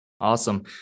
Awesome